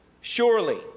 Surely